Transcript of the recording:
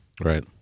Right